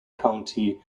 county